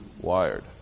wired